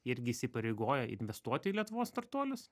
irgi įsipareigoja investuoti į lietuvos startuolius